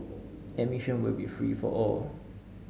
admission will be free for all